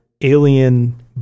alien